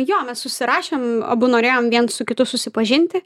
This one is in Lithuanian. jo mes susirašėm abu norėjom viens su kitu susipažinti